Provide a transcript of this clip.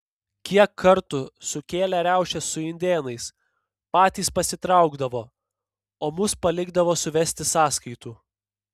kiek kartų sukėlę riaušes su indėnais patys pasitraukdavo o mus palikdavo suvesti sąskaitų